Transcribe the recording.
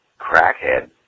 crackhead